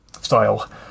style